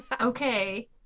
Okay